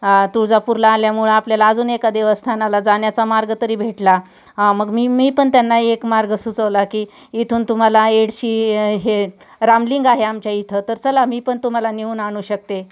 तुळजापूरला आल्यामुळं आपल्याला अजून एका देवस्थानाला जाण्या्चा मार्ग तरी भेटला हां मग मी मी पण त्यांना एक मार्ग सुचवला की इथून तुम्हाला एडशी हे रामलिंग आहे आमच्या इथे तर चला मी पण तुम्हाला नेऊन आणू शकते